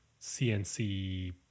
cnc